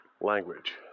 language